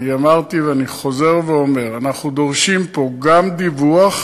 אני אמרתי ואני חוזר ואומר: אנחנו דורשים פה גם דיווח,